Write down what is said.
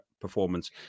performance